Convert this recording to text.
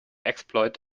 exploit